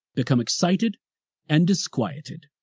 become excited and disquieted.